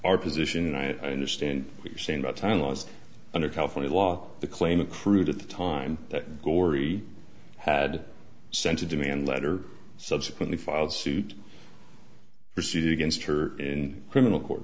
our position and i understand what you're saying about time laws under california law the claim accrued at the time that corey had sent a demand letter subsequently filed suit proceeding against her in criminal court